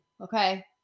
okay